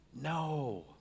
no